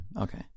Okay